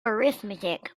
arithmetic